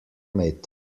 med